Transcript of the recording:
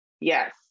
yes